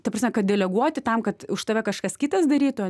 ta prasme kad deleguoti tam kad už tave kažkas kitas darytų